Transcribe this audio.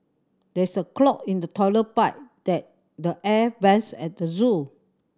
there is a clog in the toilet pipe that the air vents at the zoo